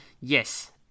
yes